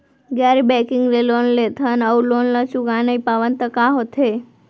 गैर बैंकिंग ले लोन लेथन अऊ लोन ल चुका नहीं पावन त का होथे?